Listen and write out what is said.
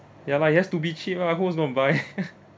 ya lah it has to be cheap lah who is going to buy